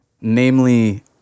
Namely